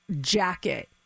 jacket